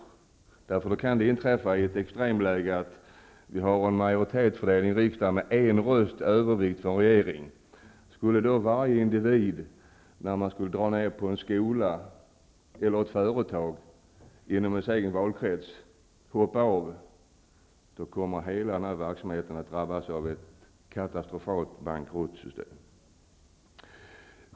I ett extremläge kan det inträffa att vi har en majoritet med en rösts övervikt för en regering. Skulle det då stå varje individ fritt att hoppa av när frågan gäller att dra ned på en skola eller ett företag inom ens egen valkrets skulle hela den här verksamheten göra bankrutt.